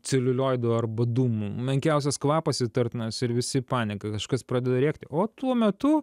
celiulioidų arba dūmų menkiausias kvapas įtartinas ir visi panieką kažkas pradeda rėkti o tuo metu